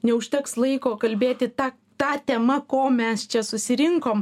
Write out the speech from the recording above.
neužteks laiko kalbėti ta ta tema ko mes čia susirinkom